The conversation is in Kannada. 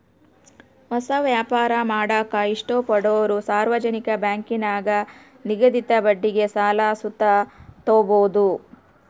ಹೊಸ ವ್ಯಾಪಾರ ಮಾಡಾಕ ಇಷ್ಟಪಡೋರು ಸಾರ್ವಜನಿಕ ಬ್ಯಾಂಕಿನಾಗ ನಿಗದಿತ ಬಡ್ಡಿಗೆ ಸಾಲ ಸುತ ತಾಬೋದು